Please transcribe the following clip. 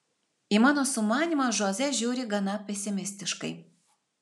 į mano sumanymą žoze žiūri gana pesimistiškai